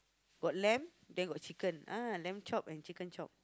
got lamb then got chicken ah lamb chop and chicken chop